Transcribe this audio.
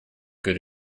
good